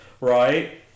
Right